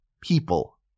people –